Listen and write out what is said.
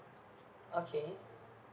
okay